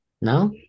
no